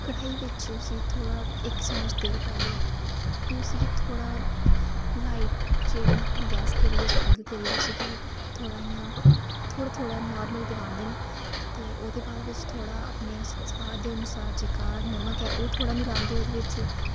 कढ़ाई बिच उसी थोह्ड़ा इक चम्मच तेल पाइयै फ्ही उसी थोह्ड़ा लाइट जेह्ड़ी गैस करियै जां अग्ग करियै उसी थोह्ड़ा इ'यां थोह्ड़ा नार्मल पकांदे न ते ओह्द बाद च थोह्ड़ा अपने स्वाद दे अनुसार जेह्का नमक ऐ ओह् थोह्ड़ा मलांदे ओह्दे बिच